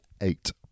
eight